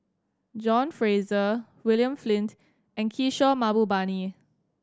John Fraser William Flint and Kishore Mahbubani